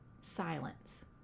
silence